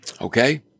Okay